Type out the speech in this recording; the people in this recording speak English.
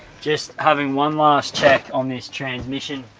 just having one last check on this transmission